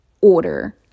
order